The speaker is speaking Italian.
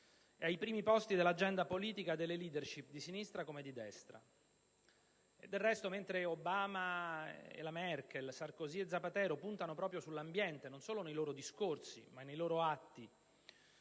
è ai primi posti dell'agenda politica delle *leadership,* di sinistra come di destra. Del resto, mentre Obama, la Merkel, Sarkozy e Zapatero puntano proprio (non solo nei loro discorsi, ma nei loro atti)